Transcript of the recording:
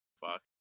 Fuck